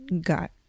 got